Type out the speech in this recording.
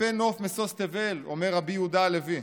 "יפה נוף משוש תבל", אומר רבי יהודה הלוי,